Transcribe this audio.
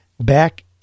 back